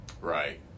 Right